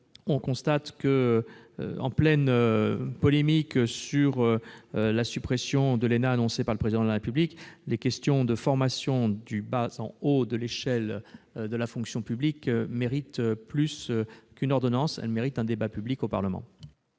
ailleurs, en pleine polémique sur la suppression de l'ENA, annoncée par le Président de la République, les questions de formation, de la base au sommet de l'échelle de la fonction publique, méritent plus qu'une ordonnance : un débat public au Parlement.